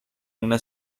una